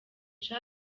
cha